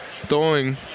throwing